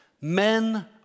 men